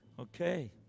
Okay